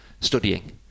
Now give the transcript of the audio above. studying